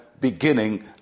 beginning